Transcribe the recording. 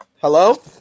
hello